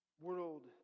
world